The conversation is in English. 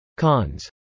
Cons